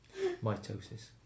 Mitosis